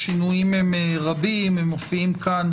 השינויים הם רבים, הם מופיעים כאן